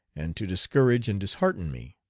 and to discourage and dishearten me.